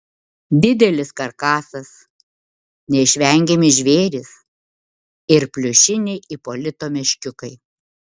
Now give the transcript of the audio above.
didelis karkasas neišvengiami žvėrys ir pliušiniai ipolito meškiukai